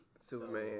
Superman